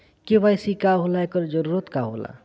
KYC का होला एकर जरूरत का होला?